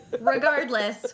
Regardless